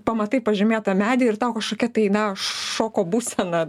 pamatai pažymėtą medį ir tau kažkokia tai na šoko būsena